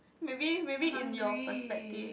maybe maybe in your perspective